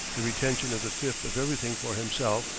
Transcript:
the retention of the fifth of everything for himself,